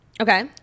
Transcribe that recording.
Okay